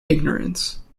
ignorance